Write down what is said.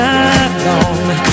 alone